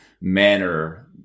manner